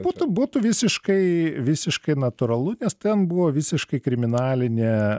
būtų būtų visiškai visiškai natūralu nes ten buvo visiškai kriminalinė